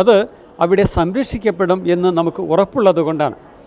അത് അവിടെ സംരക്ഷിക്കപ്പെടും എന്ന് നമുക്ക് ഉറപ്പുള്ളതുകൊണ്ടാണ്